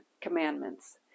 Commandments